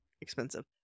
expensive